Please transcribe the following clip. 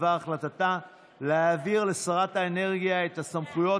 בדבר החלטתה להעביר לשרת האנרגיה את הסמכויות